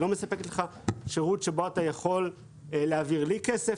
היא לא מספקת לך שירות שבו אתה יכול להעביר לי כסף,